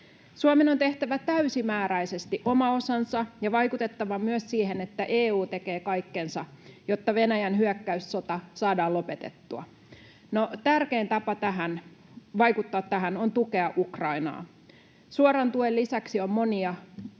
Suomen on tehtävä täysimääräisesti oma osansa ja vaikutettava myös siihen, että EU tekee kaikkensa, jotta Venäjän hyökkäyssota saadaan lopetettua. No, tärkein tapa vaikuttaa tähän on tukea Ukrainaa. Suoran tuen lisäksi on monia keinoja